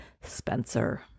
Spencer